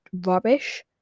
rubbish